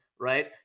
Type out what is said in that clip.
right